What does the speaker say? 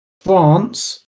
France